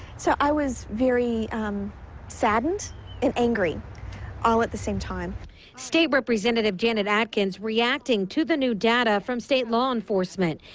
so i was very saden and angry all at the same time. reporter state representative janet atkins reacting to the new data from state law enforcement.